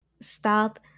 stop